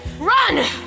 Run